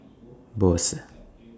Bose